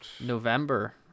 november